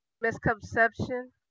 misconception